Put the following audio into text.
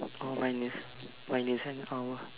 oh mine is mine is an hour